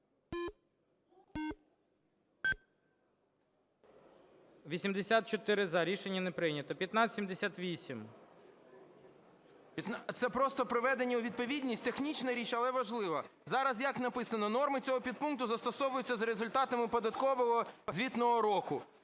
1578. 13:59:32 ГОНЧАРЕНКО О.О. Це просто приведення у відповідність. Технічна річ, але важлива. Зараз як написано: "Норми цього підпункту застосовуються за результатами податкового звітного року".